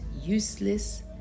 useless